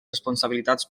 responsabilitats